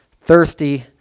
thirsty